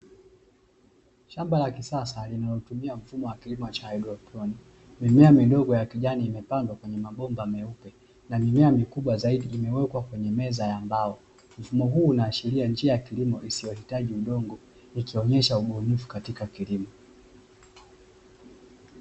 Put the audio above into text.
Shamba la kisasa, linalotumia mfumo wa kilimo cha haidroponi, mimea midogo ya kijani imepandwa katika mabomba meupe na mimea mikubwa zaidi imewekwa kwenye meza ya mbao, mfumo huu unaashiria njia ya kilimo isiyohitaji udongo, ikionyesha ubunifu katika kilimo.